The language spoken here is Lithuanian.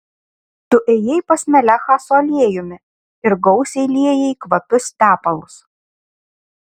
tu ėjai pas melechą su aliejumi ir gausiai liejai kvapius tepalus